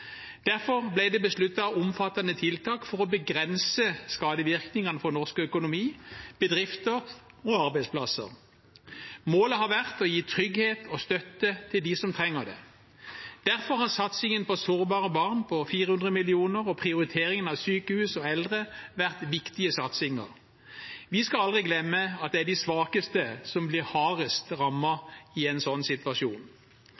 Derfor ble det besluttet omfattende tiltak for å begrense skadevirkningene for norsk økonomi, bedrifter og arbeidsplasser. Målet har vært å gi trygghet og støtte til dem som trenger det. Derfor har satsingen på sårbare barn på 400 mill. kr og prioriteringen av sykehus og eldre vært viktige satsinger. Vi skal aldri glemme at det er de svakeste som blir hardest